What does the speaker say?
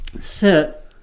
sit